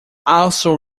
also